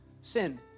Sin